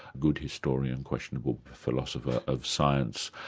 good historian, questionable philosopher of science,